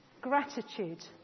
Gratitude